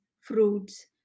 fruits